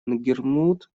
нгерулмуд